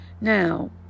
Now